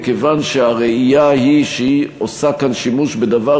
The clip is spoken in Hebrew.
מכיוון שהראייה שהיא עושה כאן שימוש בדבר